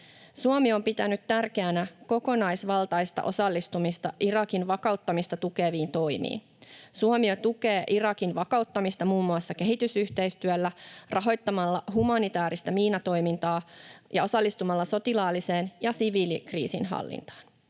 Suomi on pitänyt tärkeänä kokonaisvaltaista osallistumista Irakin vakauttamista tukeviin toimiin. Suomi jo tukee Irakin vakauttamista muun muassa kehitysyhteistyöllä, rahoittamalla humanitaarista miinatoimintaa ja osallistumalla sotilaalliseen ja siviilikriisinhallintaan.